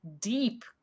deep